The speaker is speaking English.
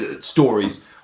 stories